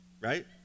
right